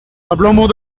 abalamour